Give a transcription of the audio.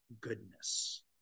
goodness